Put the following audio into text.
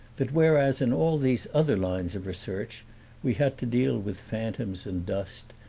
that whereas in all these other lines of research we had to deal with phantoms and dust,